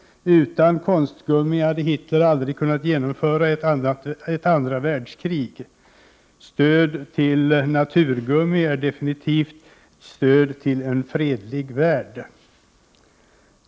Utan konstgummi hade Hitler aldrig kunnat utkämpa ett andra världskrig. Stöd till naturgummi är definitivt stöd till en fredlig värld.